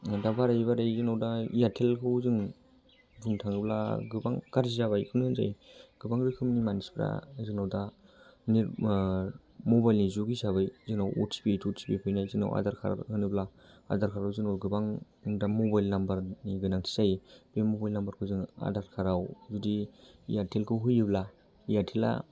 दा बारायै बारायै जोंनाव दा एयारटेलखौ जों बुंनो थाङोब्ला गोबां गाज्रि जाबायखौनो होनजायो गोबां रोखोमनि मानसिफ्रा जोंनाव दा नेटवार्क मबाइलनि जुग हिसाबै जोंनाव अटिपि थटिपि फैनाय जोंनाव आधार कार्ड होनोब्ला आधार कार्डाव जोङो गोबां दा मबाइल नाम्बारनि गोनांथि जायो बे मबाइल नाम्बारखौ जोङो आधार कार्डाव जुदि एयारटेलखौ होयोब्ला एयारटेला